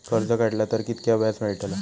कर्ज काडला तर कीतक्या व्याज मेळतला?